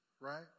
Right